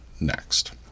next